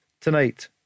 tonight